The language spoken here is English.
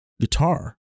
guitar